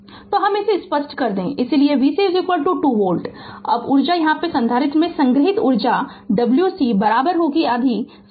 Refer Slide Time 2627 तो हम इसे स्पष्ट कर दे कि इसीलिए v C 2 वोल्ट अब ऊर्जा यहाँ संधारित्र में संग्रहीत ऊर्जा Wc आधा C v C 2 है